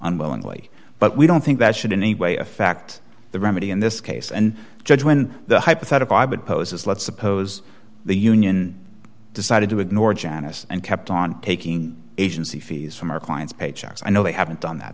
unwillingly but we don't think that should in a way affect the remedy in this case and judge when the hypothetical i would pose is let's suppose the union decided to ignore janice and kept on taking agency fees from her clients paychecks i know they haven't done that